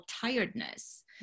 tiredness